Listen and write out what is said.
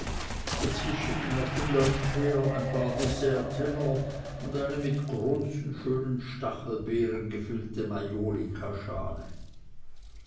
dazwischen noch vom lunch her ein paar dessertteller und eine mit großen schönen stachelbeeren gefüllte